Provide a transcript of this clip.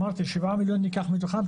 אמרתי 7 מיליון ניקח מתוכם.